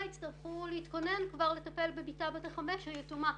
יצטרכו להתכונן לטפל בבתה בת החמש שתהיה יתומה.